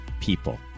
people